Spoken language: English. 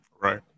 right